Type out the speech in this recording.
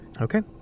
Okay